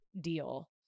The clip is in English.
deal